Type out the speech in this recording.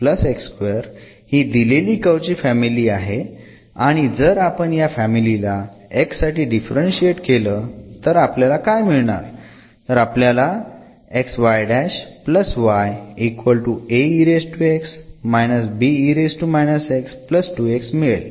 तर हि दिलेली कर्व ची फॅमिली आहे आणि जर आपण या फॅमिली ला x साठी डिफरंशिएट केलं तर आपल्याला काय मिळणार तर आपल्याला मिळेल